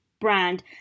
brand